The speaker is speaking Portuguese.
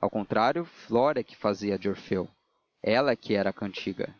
ao contrário flora é que fazia de orfeu ela é que era a cantiga